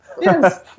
Yes